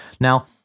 Now